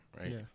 right